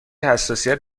حساسیت